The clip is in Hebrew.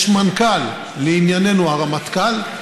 יש מנכ"ל, לענייננו, הרמטכ"ל,